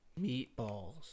Meatballs